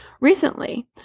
Recently